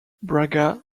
braga